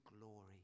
glory